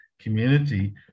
community